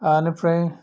बेनिफ्राइ